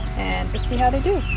and just see how they do.